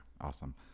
Awesome